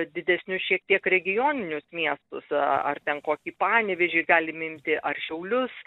didesnius šiek tiek regioninius miestus ar ten kokį panevėžį galim imti ar šiaulius